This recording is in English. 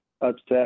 upset